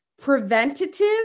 Preventative